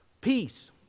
peace